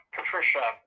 Patricia